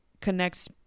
connects